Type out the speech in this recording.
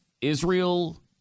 Israel